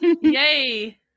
Yay